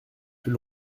plus